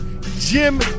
Jim